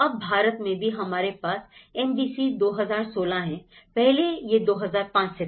अब भारत में भी हमारे पास एनबीसी 2016 है पहले यह 2005 से था